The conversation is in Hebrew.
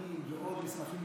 אדוני יסכים,